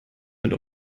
mit